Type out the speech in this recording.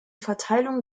verteilung